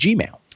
Gmail